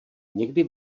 někdy